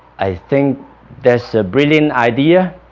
i think that's a brilliant idea